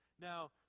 Now